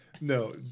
No